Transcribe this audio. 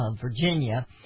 Virginia